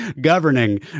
governing